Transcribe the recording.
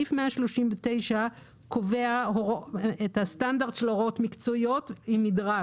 סעיף 139 קובע את הסטנדרט של הוראות מקצועיות עם מדרג